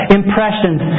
impressions